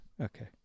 Okay